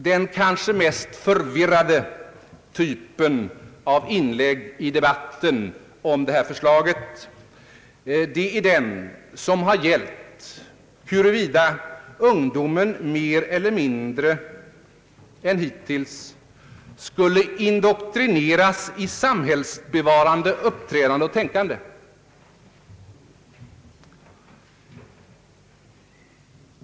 Den kanske mest förvirrade typen av inlägg i debatten om detta förslag har gällt huruvida ungdomen mer eller mindre än hittills skulle indoktrineras i samhällsbevarande uppträdande och tänkande.